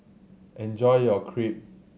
enjoy your Crepe